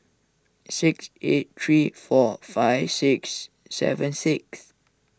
six eight three four five six seven six